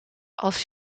als